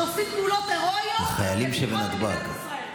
שעושים פעולות הירואיות לביטחון מדינת ישראל.